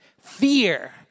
fear